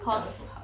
cause